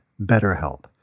BetterHelp